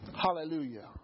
Hallelujah